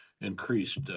increased